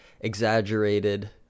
exaggerated